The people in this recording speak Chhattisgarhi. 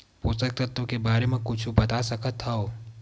पोषक तत्व के बारे मा कुछु बता सकत हवय?